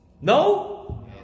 No